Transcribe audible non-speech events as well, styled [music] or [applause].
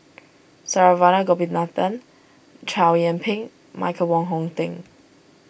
[noise] Saravanan Gopinathan Chow Yian Ping Michael Wong Hong Teng